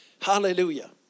Hallelujah